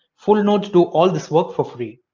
full nodes do all this work for free.